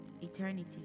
eternity